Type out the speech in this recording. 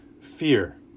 Fear